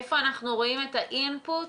איפה אנחנו רואים את האינפוט